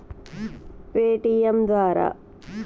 ఏ విధంగా ఎన్.ఇ.ఎఫ్.టి నుండి పైసలు పంపుతరు?